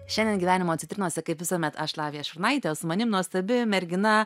šiandien gyvenimo citrinose kaip visuomet aš lavija šurnaitė o su manim nuostabi mergina